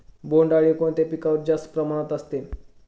बोंडअळी कोणत्या पिकावर जास्त प्रमाणात असते?